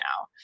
now